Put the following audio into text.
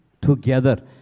Together